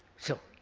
so,